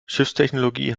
schiffstechnologie